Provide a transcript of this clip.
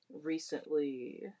recently